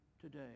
today